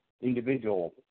individual